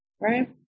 right